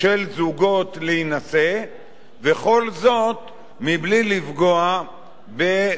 וכל זאת מבלי לפגוע בסמכותם של רבנים.